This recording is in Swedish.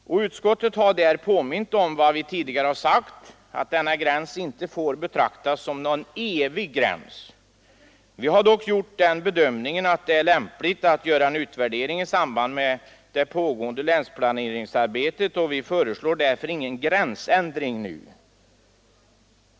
Utskottet har påmint om vad vi tidigare har sagt, nämligen att denna gräns inte får betraktas som någon evig gräns. Vi har dock gjort den bedömningen att det är lämpligt med en utvärdering i samband med det pågående länsplaneringsarbetet, och vi föreslår därför ingen gränsändring nu.